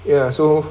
ya so